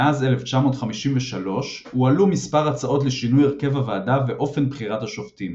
מאז 1953 הועלו מספר הצעות לשינוי הרכב הוועדה ואופן בחירת השופטים.